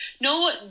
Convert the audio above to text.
no